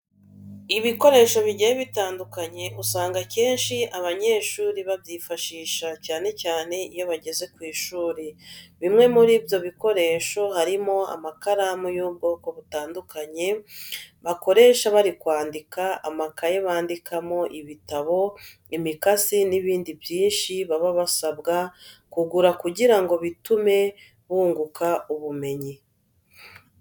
Ibikoresho bigiye bitandukanye usanga akenshi abanyeshuri babyifashisha cyane cyane iyo bageze ku ishuri. Bimwe muri byo bikoresho harimo amakaramu y'ubwoko butandukanye bakoresha bari kwandika, amakayi bandikamo, ibitabo, imikasi n'ibindi byinshi baba basabwa kugura kugira ngo bitume bunguka ubumenyi.